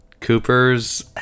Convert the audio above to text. Cooper's